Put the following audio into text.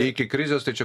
iki krizės tai čia